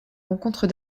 rencontres